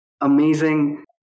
amazing